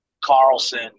Carlson